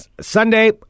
Sunday